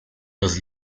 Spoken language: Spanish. las